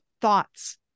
thoughts